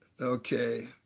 Okay